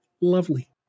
Lovely